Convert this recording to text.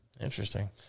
Interesting